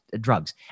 drugs